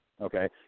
Okay